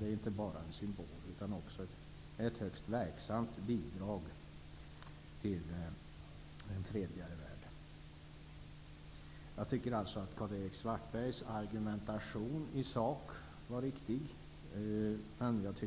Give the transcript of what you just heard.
Det är inte bara en symbol, utan också ett högst verksamt bidrag till en fredligare värld. Jag tycker alltså att Karl-Erik Svartbergs argumentation i sak var riktig, men att